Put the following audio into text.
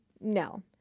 No